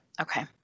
okay